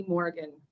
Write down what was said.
Morgan